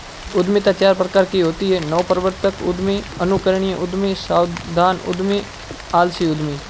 उद्यमिता चार प्रकार की होती है नवप्रवर्तक उद्यमी, अनुकरणीय उद्यमी, सावधान उद्यमी, आलसी उद्यमी